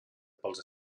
pels